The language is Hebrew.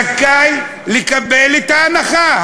זכאי לקבל את ההנחה.